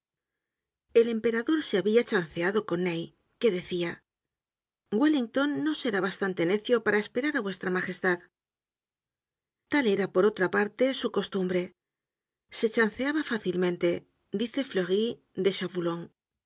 el emperador se habia chanceado con ney que decia wellington no será bastante necio para esperar á vuestra majestad tal era por otra parte su costumbre se chanceaba fácilmente dice fleury de chaboulon